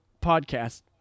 podcast